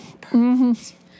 Perfect